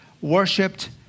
worshipped